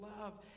love